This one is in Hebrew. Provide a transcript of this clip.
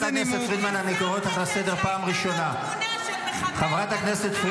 חברי חבר הכנסת עודד